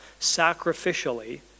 sacrificially